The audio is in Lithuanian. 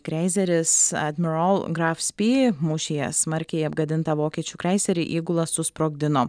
kreiseris admirol graf spy mūšyje smarkiai apgadintą vokiečių kreiserį įgula susprogdino